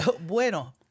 Bueno